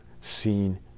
seen